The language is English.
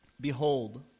behold